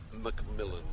Macmillan